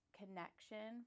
connection